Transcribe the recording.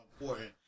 important